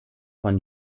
von